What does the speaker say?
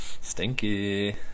Stinky